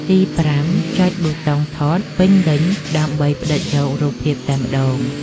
ទី5 ចុចប៊ូតុងថតពេញលេញដើម្បីផ្តិតយករូបភាពតែម្តង។